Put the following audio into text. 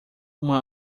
uma